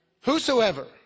Whosoever